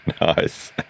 Nice